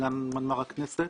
סגן מנמ"ר הכנסת